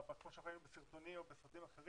כמו שפעם ראינו בסרטונים או בסרטים אחרים,